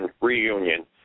reunion